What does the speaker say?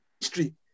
history